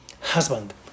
husband